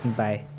bye